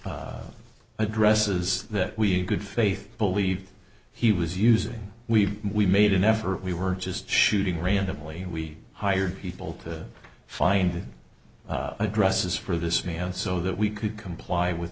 addresses that we good faith believe he was using we we made an effort we were just shooting randomly we hired people to find addresses for this man so that we could comply with